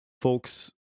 folks